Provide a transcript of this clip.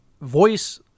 voice